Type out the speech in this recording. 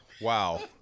Wow